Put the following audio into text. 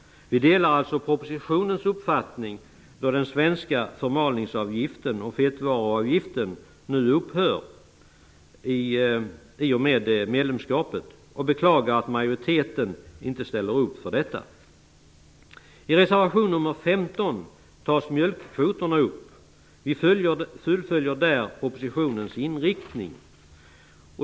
Vi delar alltså propositionens uppfattning, då den svenska förmalningsavgiften och fettvaruavgiften nu upphör i och med medlemskapet, och vi beklagar att majoriteten inte ställer upp för detta. I reservation nr 15 tas frågan om mjölkprodukterna upp. Vi fullföljer där propositionens inriktning.